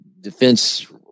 defense